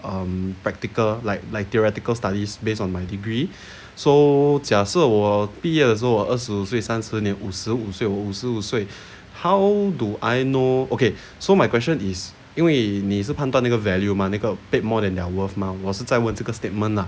um practical like like theoretical studies based on my degree so 假设我毕业的时候我二十五岁三四年五十五岁我五十五岁 how do I know okay so my question is 因为你是判断哪个:yin wei ni shipan duan na ge value 吗那个 paid more than their worth mah 我是在问这个:wo shizai wen zhe ge statement lah